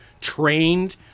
trained